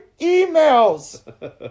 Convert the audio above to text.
emails